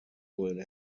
would